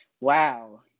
wow